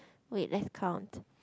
wait let's count